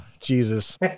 Jesus